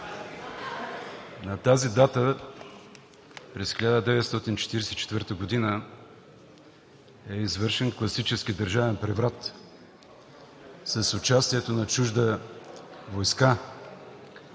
На тази дата през 1944 г. е извършен класически държавен преврат с участието на чужда войска.